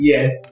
Yes